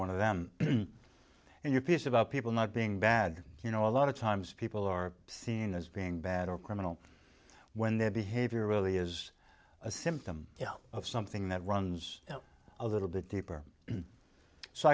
one of them and your piece about people not being bad you know a lot of times people or seen as being bad or criminal when their behavior really is a symptom of something that runs a little bit deeper so